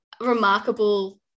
remarkable